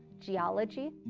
geology,